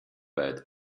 bed